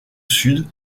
sud